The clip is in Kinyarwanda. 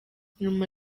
nyuma